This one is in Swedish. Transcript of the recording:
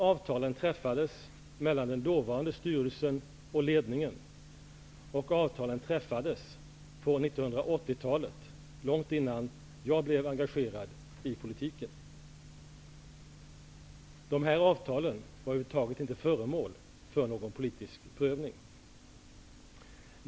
Avtalen träffades mellan den dåvarande styrelsen och ledningen på 1980-talet, långt innan jag blev engagerad i politiken. Dessa avtal var över huvud taget inte föremål för någon politisk prövning.